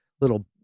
little